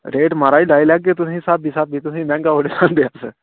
rate महाराज लाई लैगे तुसेंगी स्हाबी स्हाबी तुसें मैंह्गा थोह्ड़ी लांदे अस